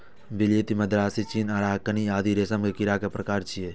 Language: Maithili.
विलायती, मदरासी, चीनी, अराकानी आदि रेशम के कीड़ा के प्रकार छियै